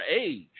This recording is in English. age